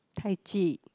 Tai-Chi